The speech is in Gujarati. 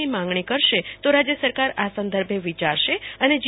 ની માંગણી કરશે તો રાજ્ય સરકાર આ સંદર્ભે વિચારશે અને જી